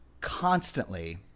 constantly